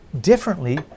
differently